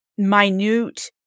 minute